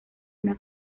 una